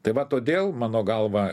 tai va todėl mano galva